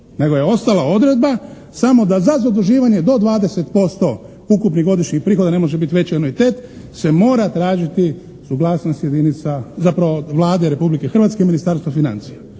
nego je ostala odredba samo da za zaduživanje do 20% ukupnih godišnjih prihoda, ne može biti veći anuitet, se mora tražiti suglasnost jedinica, zapravo Vlade Republike Hrvatske i Ministarstva financija.